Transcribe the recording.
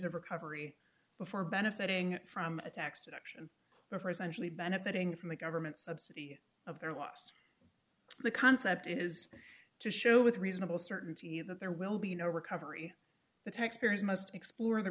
of recovery before benefiting from a tax deduction for essentially benefiting from the government subsidy of their loss the concept is to show with reasonable certainty that there will be no recovery the taxpayer has must explore the